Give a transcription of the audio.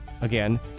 again